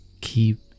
Keep